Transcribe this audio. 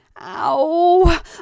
Ow